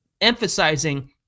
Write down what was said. emphasizing